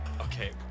Okay